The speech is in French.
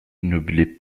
n’oublie